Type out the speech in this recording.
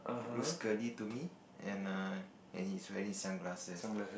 looks curly to me and err and he is wearing sunglasses